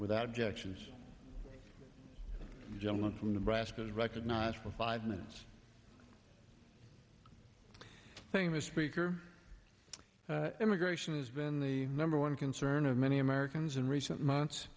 without objection this gentleman from nebraska is recognized for five minutes saying the speaker immigration has been the number one concern of many americans in recent months